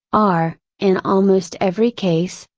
are, in almost every case,